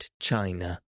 china